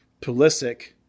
Pulisic